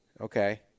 Okay